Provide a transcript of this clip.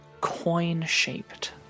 coin-shaped